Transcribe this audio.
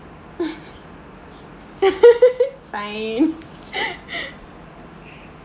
fine